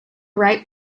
ripe